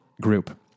group